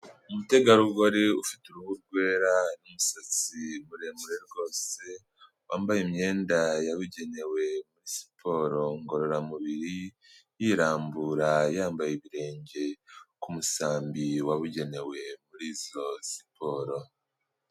Umutegarugori ufite uruhu rwera, umusatsi muremure rwose, wambaye imyenda yabugenewe ya siporo ngororamubiri, yirambura, yambaye ibirenge ku musambi wabugenewe muri izo siporo.